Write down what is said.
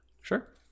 Sure